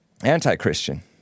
anti-Christian